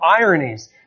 ironies